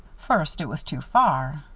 first, it was too far.